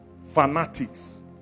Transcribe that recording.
fanatics